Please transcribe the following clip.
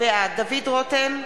בעד דוד רותם,